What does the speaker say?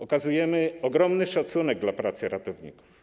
Okazujemy ogromny szacunek dla pracy ratowników.